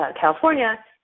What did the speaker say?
California